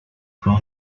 fue